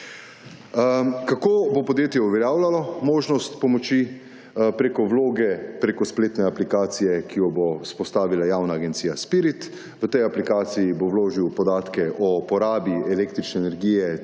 Kako bo podjetje uveljavljalo možnost pomoči, preko vloge, preko spletne aplikacije, ki jo bo vzpostavila javna agencija Spirit. V tej aplikaciji bo vložil podatke o porabi električne energije